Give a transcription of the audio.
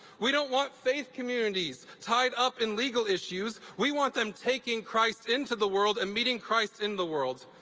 we don't want faith communities tied up in legal issues. we want them taking christ into the world and meeting christ in the world.